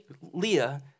Leah